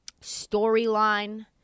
storyline